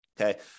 okay